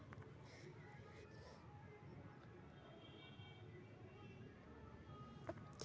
वर्तमान महीना में हम्मे चार सौ रुपया के ब्राडबैंड रीचार्ज कईली